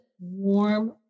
warm